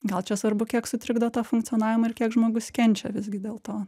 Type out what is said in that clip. gal čia svarbu kiek sutrikdo tą funkcionavimą ir kiek žmogus kenčia visgi dėl to